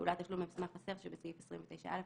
"פעולת תשלום במסמך חסר" שבסעיף 29(א)